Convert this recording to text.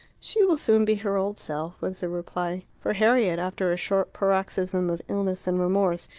she will soon be her old self, was the reply. for harriet, after a short paroxysm of illness and remorse,